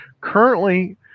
Currently